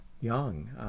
young